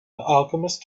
alchemist